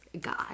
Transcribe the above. God